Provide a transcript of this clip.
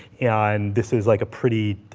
and this is like a pretty,